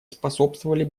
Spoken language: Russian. способствовали